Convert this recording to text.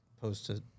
posted